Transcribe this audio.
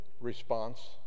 response